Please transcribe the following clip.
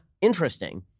interesting